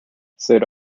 sid